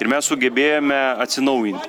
ir mes sugebėjome atsinaujinti